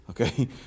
okay